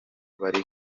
bari